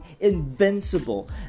invincible